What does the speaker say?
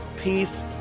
peace